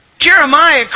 Jeremiah